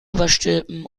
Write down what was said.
überstülpen